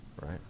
Right